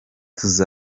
tumenye